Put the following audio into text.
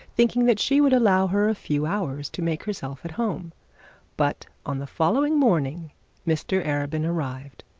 thinking that she would allow her a few hours to make herself at home but on the following morning mr arabin arrived.